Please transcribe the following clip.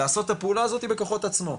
לעשות את הפעולה הזאת בכוחו עצמו,